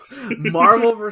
marvel